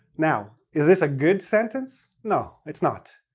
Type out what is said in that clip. now, is this a good sentence? no, it's not.